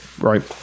Right